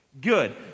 Good